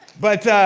but,